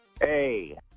Hey